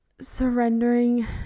surrendering